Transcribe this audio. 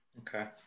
Okay